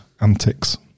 antics